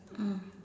mm